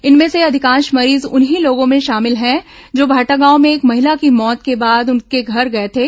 इनमें से अधिकांश मरीज उन्हीं लोगों में शामिल थे जो भाटागांव में एक महिला की मौत के बाद उसके घर गए थे